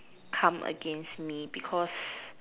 come against me because